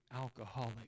alcoholic